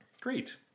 great